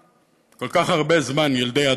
כל כך הרבה זמן, ילדי הדסה,